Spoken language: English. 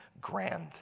grand